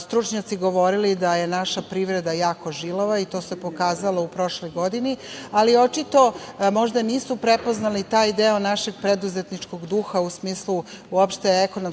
stručnjaci govorili da je naša privreda jako žilava i to se pokazalo u prošlog godini, ali očito možda nisu prepoznali taj deo našeg preduzetničkog duha u smislu ekonomskih